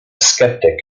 skeptic